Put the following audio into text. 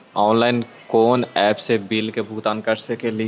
Online कोन app से bill के भुगतान कर सकली ही?